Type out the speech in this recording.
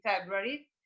February